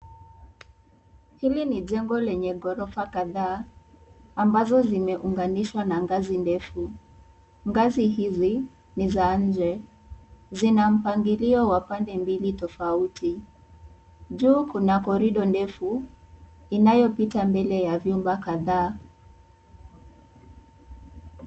Hili ni jengo lenye gorofa kadhaa, ambazo zimeunganishwa na ngazi ndefu, ngazi hizi ni za nje zina mpangilio wa pande mbili tofauti, juu kuna korido ndefu inayopita mbele ya vyumba kadhaa.